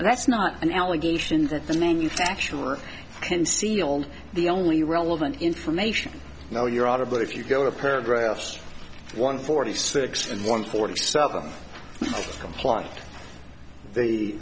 and that's not an allegation that the manufacturer concealed the only relevant information no your honor but if you go to paragraphs one forty six and one forty seven comply the